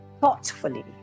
thoughtfully